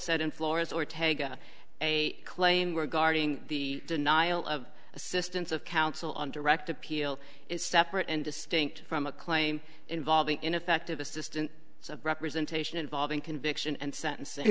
said in florence or tega a claim were guarding the denial of assistance of counsel on direct appeal is separate and distinct from a claim involving ineffective assistance of representation involving conviction and sentencing